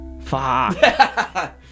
Fuck